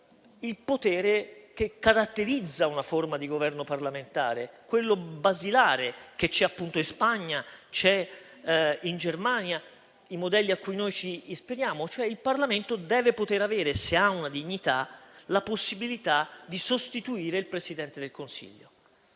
il potere che caratterizza una forma di governo parlamentare, quello basilare che esiste in Spagna e in Germania (i modelli a cui noi ci ispiriamo): il Parlamento deve poter avere, se ha una dignità, la possibilità di sostituire il Presidente del Consiglio.